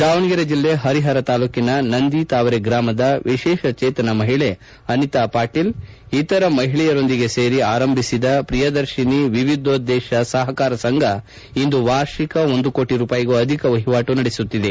ದಾವಣಗೆರೆ ಜಿಲ್ಲೆ ಪರಿಪರ ತಾಲ್ಲೂಕಿನ ನಂದಿ ತಾವರೆ ಗ್ರಾಮದ ವಿಶೇಷಚೇತನ ಮಹಿಳೆ ಅನಿತಾ ಪಾಟೀಲ್ ಇತರ ಮಹಿಳೆಯರೊಂದಿಗೆ ಸೇರಿ ಆರಂಭಿಸಿದ ಪ್ರಿಯದರ್ಶಿನಿ ವಿವಿದೋದ್ದೇಶ ಸಹಕಾರ ಸಂಘ ಇಂದು ವಾರ್ಷಿಕ ಒಂದು ಕೋಟಿ ರೂಪಾಯಿಗೂ ಅಧಿಕ ವಹಿವಾಟು ನಡೆಸುತ್ತಿದೆ